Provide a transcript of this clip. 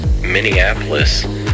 Minneapolis